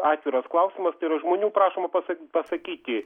atviras klausimas tai yra žmonių prašoma pasa pasakyti